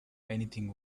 anything